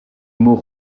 mot